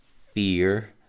Fear